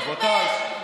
אבל אחר כך